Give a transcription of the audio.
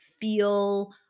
feel